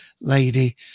lady